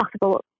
possible